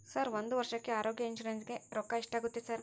Sir ಒಂದು ವರ್ಷಕ್ಕೆ ಆರೋಗ್ಯ ಇನ್ಶೂರೆನ್ಸ್ ಗೇ ರೊಕ್ಕಾ ಎಷ್ಟಾಗುತ್ತೆ ಸರ್?